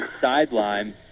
sideline